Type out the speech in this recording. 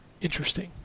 interesting